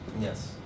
Yes